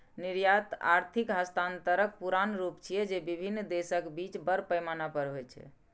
निर्यात आर्थिक हस्तांतरणक पुरान रूप छियै, जे विभिन्न देशक बीच बड़ पैमाना पर होइ छै